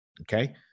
Okay